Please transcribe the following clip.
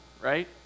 right